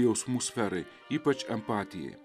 jausmų sferai ypač empatijai